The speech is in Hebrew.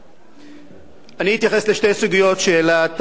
אתייחס לשתי סוגיות שהעלה השר בני בגין.